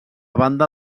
banda